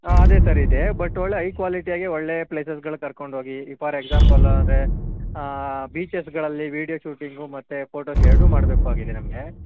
ಹಾಂ ಅದೇ ಸರ್ ಇದೆ ಬಟ್ ಒಳ್ಳೆ ಐ ಕ್ವಾಲಿಟಿಯಾಗೆ ಒಳ್ಳೆ ಪ್ಲೇಸಸ್ಗಳ್ಗೆ ಕರ್ಕೊಂಡು ಹೋಗಿ ಈಗ ಫಾರ್ ಎಕ್ಸಾಂಪಲ್ ಅಂದರೆ ಬೀಚಸ್ಗಳಲ್ಲಿ ವಿಡಿಯೋ ಶೂಟಿಂಗು ಮತ್ತು ಫೋಟೋಸ್ ಎರಡು ಮಾಡಬೇಕು ಆಗಿದೆ ನಮಗೆ